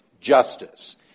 justice